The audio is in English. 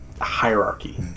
hierarchy